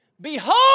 behold